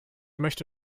möchte